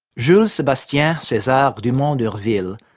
jules sebastien-cesar dumont d'urville,